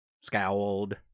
scowled